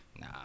Nah